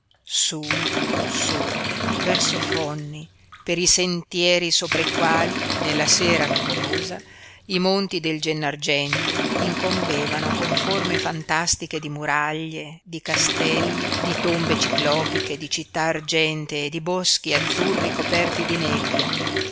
su su verso fonni per i sentieri sopra i quali nella sera nuvolosa i monti del gennargentu incombevano con forme fantastiche di muraglie di castelli di tombe ciclopiche di città argentee di boschi azzurri coperti di nebbia